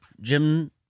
Jim